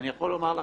אני יכול לומר לכם,